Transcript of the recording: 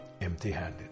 empty-handed